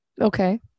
okay